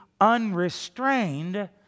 unrestrained